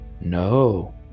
No